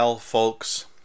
folks